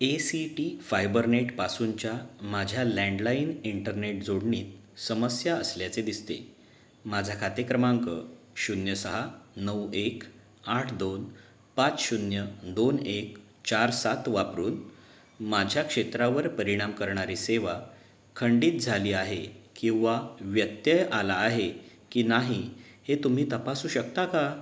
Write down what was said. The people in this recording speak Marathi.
ए सी टी फायबरनेटपासूनच्या माझ्या लँडलाईन इंटरनेट जोडणीत समस्या असल्याचे दिसते माझा खाते क्रमांक शून्य सहा नऊ एक आठ दोन पाच शून्य दोन एक चार सात वापरून माझ्या क्षेत्रावर परिणाम करणारी सेवा खंडित झाली आहे किंवा व्यत्यय आला आहे की नाही हे तुम्ही तपासू शकता का